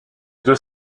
deux